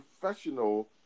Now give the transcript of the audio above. professional